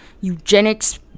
Eugenics